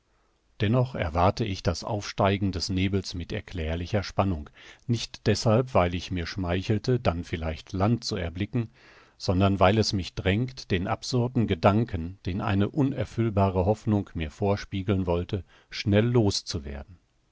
dennoch erwarte ich das aufsteigen des nebels mit erklärlicher spannung nicht deshalb weil ich mir schmeichelte dann vielleicht land zu erblicken sondern weil es mich drängt den absurden gedanken den eine unerfüllbare hoffnung mir vorspiegeln wollte schnell los